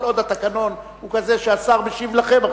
כל עוד התקנון הוא כזה שהשר משיב לכם עכשיו,